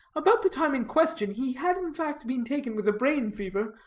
about the time in question, he had in fact been taken with a brain fever,